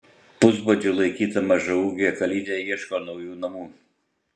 pusbadžiu laikyta mažaūgė kalytė ieško naujų namų